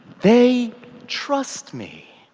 they trust me.